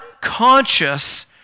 conscious